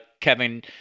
Kevin